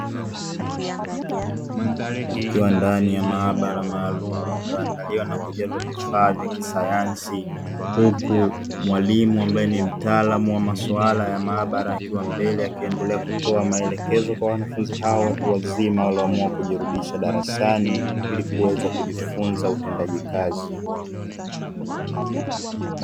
Wakiwa ndani ya maabara maalum iliyo andaliwa na kujazwa vifaa vya kisayansi, huku mwalimu ambaye ni mtaalamu wa maswala ya maabara akiwa mbele akiendelea kutoa maelekezo kwa wanafunzi hao watu wazima walio amua kujirudisha darasani ilikuweza kujifunza utendaji kazi.